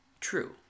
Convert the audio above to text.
True